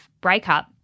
breakup